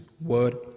word